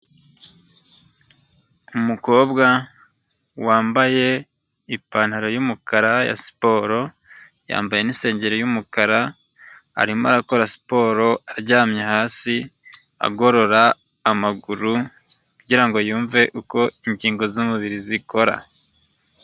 Umukobwa wambaye ipantaro y'umukara ya siporo yambaye n'isengeri y'umukara arimo arakora siporo aryamye hasi agorora amaguru kugirango yumve uko ingingo z'umubiri zikora.